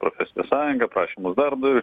profesinė sąjunga prašė darbdavį